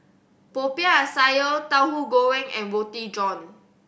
Popiah Sayur Tahu Goreng and Roti John